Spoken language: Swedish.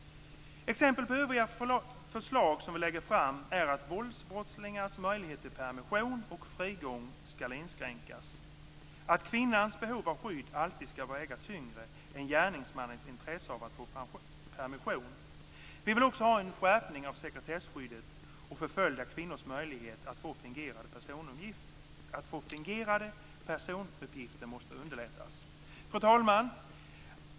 Exempel på övriga förslag som vi lägger fram är att våldsbrottslingars möjlighet till permission och frigång ska inskränkas. Kvinnans behov av skydd ska alltid väga tyngre än gärningsmannens intresse av att få permission. Vi vill också ha en skärpning av sekretesskyddet, och förföljda kvinnors möjlighet att få fingerade personuppgifter måste underlättas. Fru talman!